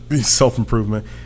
self-improvement